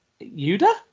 Yuda